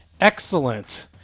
Excellent